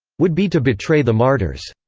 would be to betray the martyrs.